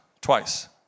Twice